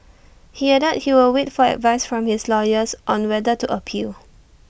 he added he will wait for advice from his lawyers on whether to appeal